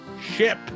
ship